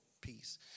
peace